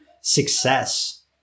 success